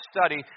study